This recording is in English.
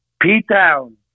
P-Town